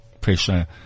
pressure